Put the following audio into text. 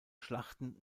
schlachten